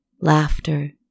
Laughter